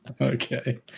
okay